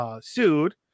sued